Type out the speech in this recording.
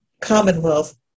commonwealth